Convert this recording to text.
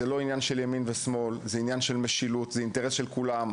לא מדובר בעניין של ימין או שמאל אלא באינטרס משותף לכולם,